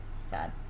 sad